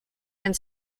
and